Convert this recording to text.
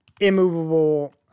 immovable